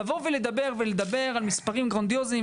לדבר ולדבר על מספרים גרנדיוזיים,